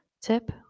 tip